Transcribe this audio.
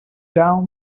down